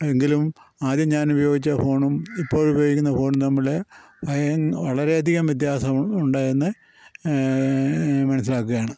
എങ്കിലും ആദ്യം ഞാനുപയോഗിച്ച ഫോണും ഇപ്പോഴുപയോഗിക്കുന്ന ഫോണും തമ്മിൽ വളരെ അധികം വ്യത്യാസം ഉണ്ട് എന്ന് മനസ്സിലാക്കുകയാണ്